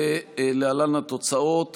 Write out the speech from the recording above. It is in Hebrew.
ולעו"ד